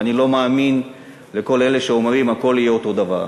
ואני לא מאמין לכל אלה שאומרים הכול יהיה אותו דבר.